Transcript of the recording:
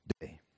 day